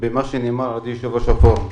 מעבר למה שאמר יושב-ראש הפורום.